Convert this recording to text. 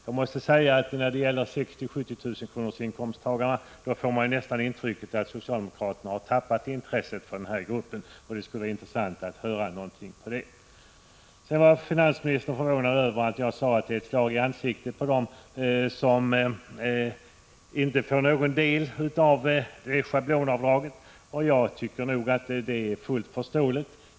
Man får nästan ett intryck av att socialdemokraterna har tappat intresset för den grupp inkomsttagare som har 60 000-70 000 kr. Det skulle vara intressant att höra något om detta. Finansministern var förvånad över att jag sade att det är ett slag i ansiktet på dem som inte får någon del av schablonavdragen. Jag tycker att det är helt förståeligt.